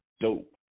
dope